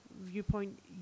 viewpoint